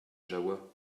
jahoua